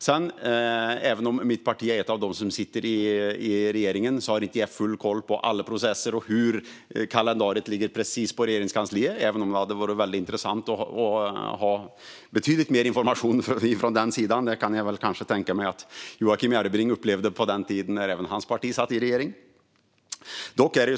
Visserligen är mitt parti ett av partierna i regeringen, men jag har inte full koll på alla processer och precis hur kalendariet ser ut i Regeringskansliet, även om det hade varit intressant att ha betydligt mer information därifrån. Jag kan tänka mig att Joakim Järrebring upplevde detsamma på den tid då hans parti satt i regering.